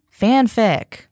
fanfic